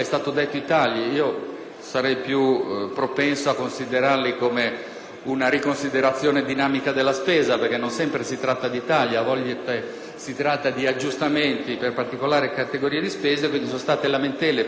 sarei più propenso a considerarli come una riconsiderazione dinamica della spesa, perché non sempre si tratta di tagli, a volte si tratta di aggiustamenti per particolari categorie di spesa. Quindi, ci sono state lamentele per le riduzioni di spesa